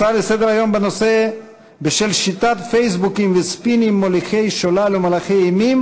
הצעה לסדר-היום בנושא: שיטת פייסבוקים וספינים מוליכי שולל ומהלכי אימים